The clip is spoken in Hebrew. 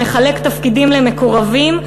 המחלק תפקידים למקורבים,